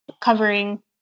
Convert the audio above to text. covering